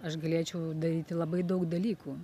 aš galėčiau daryti labai daug dalykų